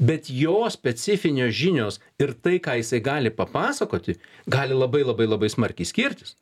bet jo specifinės žinios ir tai ką jisai gali papasakoti gali labai labai labai smarkiai skirtis